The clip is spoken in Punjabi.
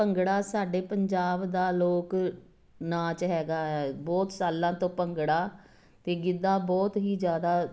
ਭੰਗੜਾ ਸਾਡੇ ਪੰਜਾਬ ਦਾ ਲੋਕ ਨਾਚ ਹੈਗਾ ਬਹੁਤ ਸਾਲਾਂ ਤੋਂ ਭੰਗੜਾ ਅਤੇ ਗਿੱਧਾ ਬਹੁਤ ਹੀ ਜ਼ਿਆਦਾ